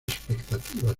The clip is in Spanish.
expectativas